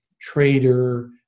trader